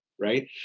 right